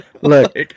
Look